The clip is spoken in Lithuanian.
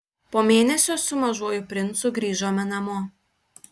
po mėnesio su mažuoju princu grįžome namo